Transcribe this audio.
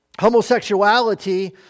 homosexuality